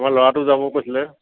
অঁ ল'ৰাটো যাব কৈছিলে